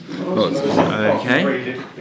Okay